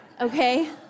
okay